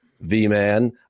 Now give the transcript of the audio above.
V-Man